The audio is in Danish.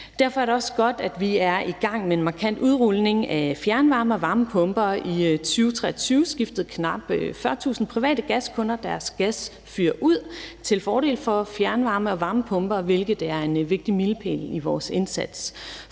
derfor er det også godt, at vi er i gang med en markant udrulning af fjernvarme og varmepumper. I 2023 skiftede knap 40.000 private gaskunder deres gasfyr ud til fordel for fjernvarme og varmepumper, hvilket er en vigtig milepæl i vores indsats